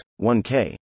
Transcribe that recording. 1K